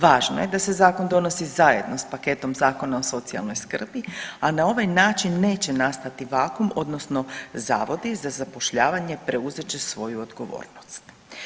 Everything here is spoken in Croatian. Važno je da se zakon donosi zajedno s paketom Zakona o socijalnoj skrbi, a na ovaj način neće nastati vakum odnosno Zavodi za zapošljavanje preuzet će svoju odgovornost.